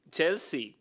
Chelsea